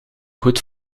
goed